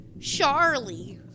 Charlie